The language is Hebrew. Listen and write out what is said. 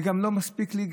לא מספיק לי,